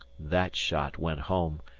that shot went home,